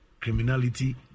Criminality